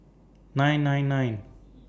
nine nine nine